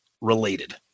related